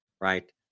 right